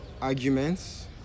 arguments